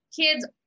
kids